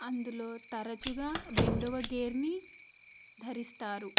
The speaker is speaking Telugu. అందులో తరచుగా రెండవ గేర్ని ధరిస్తారు